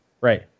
right